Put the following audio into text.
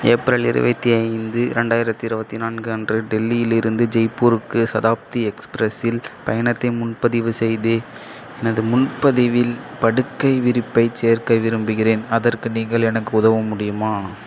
April இருபத்தி ஐந்து இரண்டாயிரத்தி இருபத்தி நான்கு அன்று டெல்லியிலிருந்து ஜெய்ப்பூருக்கு சதாப்தி எக்ஸ்பிரஸ்சில் பயணத்தை முன்பதிவு செய்து எனது முன்பதிவில் படுக்கை விரிப்பைச் சேர்க்க விரும்புகிறேன் அதற்கு நீங்கள் எனக்கு உதவ முடியுமா